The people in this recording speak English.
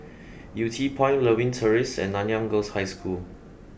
Yew Tee Point Lewin Terrace and Nanyang Girls' High School